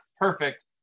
perfect